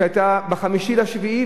ב-5 ביולי,